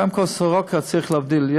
קודם כול, סורוקה, צריך להבדיל: